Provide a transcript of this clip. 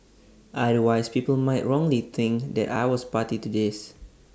otherwise people might wrongly think that I was party to this